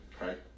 right